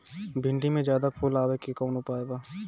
भिन्डी में ज्यादा फुल आवे के कौन उपाय बा?